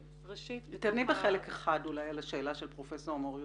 אולי תעני על דברי פרופסור מור יוסף.